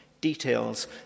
details